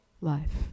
life